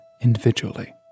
individually